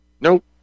nope